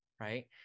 right